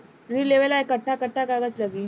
ऋण लेवेला कट्ठा कट्ठा कागज लागी?